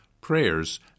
prayers